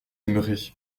aimerez